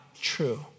true